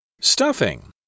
Stuffing